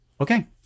okay